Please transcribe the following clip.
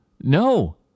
No